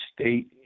state